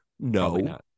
No